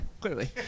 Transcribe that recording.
clearly